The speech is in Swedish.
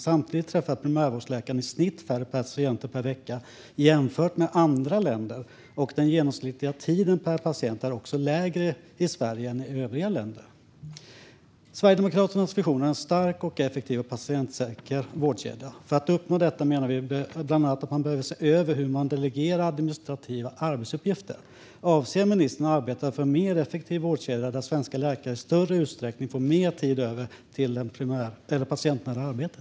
Samtidigt träffar primärvårdsläkarna i snitt färre patienter per vecka jämfört med i andra länder. Den genomsnittliga tiden per patient är också lägre i Sverige än i övriga länder. Sverigedemokraternas vision är en stark, effektiv och patientsäker vårdkedja. För att uppnå detta menar vi bland annat att man behöver se över hur man delegerar administrativa arbetsuppgifter. Avser ministern att arbeta för en mer effektiv vårdkedja där svenska läkare i större utsträckning får mer tid över till det patientnära arbetet?